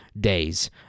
Days